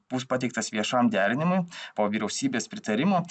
bus pateiktas viešam derinimui po vyriausybės pritarimo